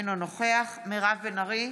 אינו נוכח מירב בן ארי,